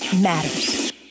matters